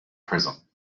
prism